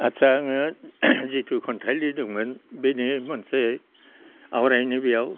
आच्चा आङो जिथु खन्थाइ लिरदोंमोन बेनिनो मोनसे आवरायनि बेयाव